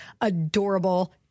adorable